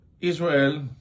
Israel